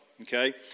Okay